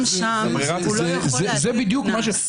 גם שם הוא לא יכול להטיל קנס.